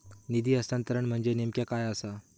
निधी हस्तांतरण म्हणजे नेमक्या काय आसा?